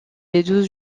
des